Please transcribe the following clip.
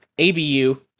ABU